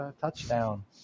touchdown